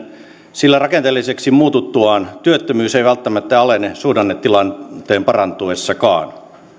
sillä rakenteelliseksi muututtuaan työttömyys ei välttämättä alene suhdannetilanteen parantuessakaan